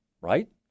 right